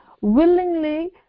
willingly